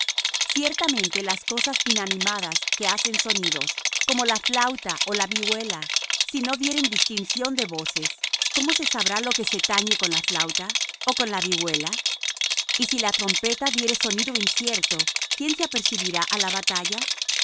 ciertamente las cosas inanimadas que hacen sonidos como la flauta ó la vihuela si no dieren distinción de voces comó se sabrá lo que se tañe con la flauta ó con la vihuela y si la trompeta diere sonido incierto quién se apercibirá á la batalla